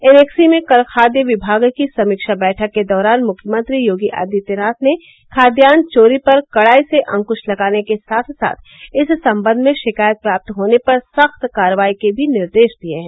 annexe में कल खाद्य विभाग की समीक्षा बैठक के दौरान मुख्यमंत्री योगी आदित्यनाथ ने खाद्यान चोरी पर कड़ाई से अंकुश लगाने के साथ साथ इस संबंध में शिकायत प्राप्त होने पर सख्त कार्रवाई के भी निर्देश दिये हैं